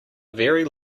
very